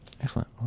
Excellent